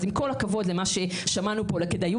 אז עם כל הכבוד למה ששמענו פה על כדאיות